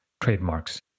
trademarks